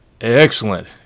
Excellent